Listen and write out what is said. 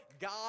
God